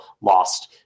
lost